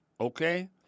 okay